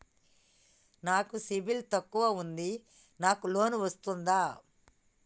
నాకు సిబిల్ తక్కువ ఉంది నాకు లోన్ వస్తుందా?